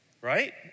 Right